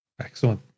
Excellent